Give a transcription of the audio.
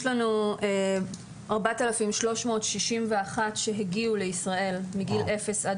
יש לנו 4,361 שהגיעו לישראל מגיל אפס עד